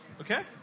Okay